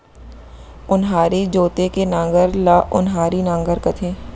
ओन्हारी जोते के नांगर ल ओन्हारी नांगर कथें